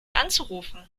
anzurufen